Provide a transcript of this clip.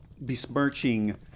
besmirching